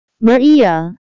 Maria